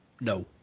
no